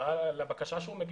אגרה לבקשה שהוא מגיש.